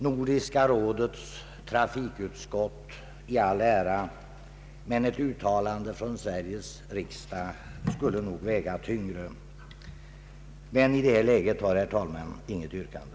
Nordiska rådets trafikutskott i all ära, men ett uttalande från Sveriges riksdag skulle nog väga tyngre. I detta läge har jag, herr talman, intet yrkande.